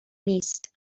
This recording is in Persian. نیست